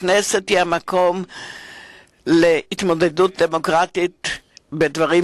הכנסת היא המקום להתמודדות דמוקרטית בנושאים